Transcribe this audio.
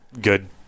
good